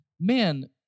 man